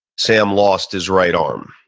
sam lost his right arm.